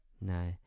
No